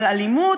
על אלימות,